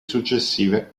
successive